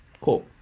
Cool